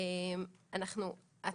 אני לא חושבת שיש פער בסמכויות.